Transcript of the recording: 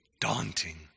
daunting